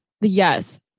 Yes